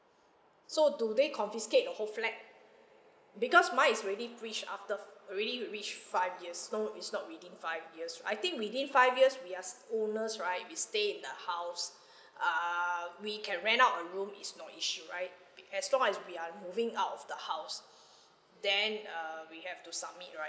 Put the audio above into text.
so do they confiscate the whole flat because mine is already reach after already reach five years so it's not within five years right I think within five years we are owners right we stay in the house err we can rent out a room is no issue right as long as we are moving out of the house then err we have to submit right